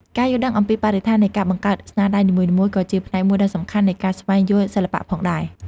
ការយល់ដឹងអំពីបរិបទនៃការបង្កើតស្នាដៃនីមួយៗក៏ជាផ្នែកមួយដ៏សំខាន់នៃការស្វែងយល់សិល្បៈផងដែរ។